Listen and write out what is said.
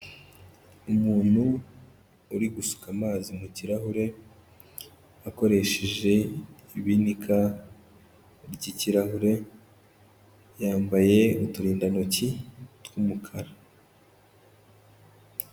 Umuntu uri gusuka amazi mu kirahure akoresheje ibinika ry'ikirahure, yambaye uturindantoki tw'umukara.